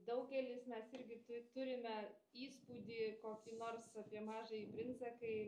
daugelis mes irgi tu turime įspūdį kokį nors apie mažąjį princą kai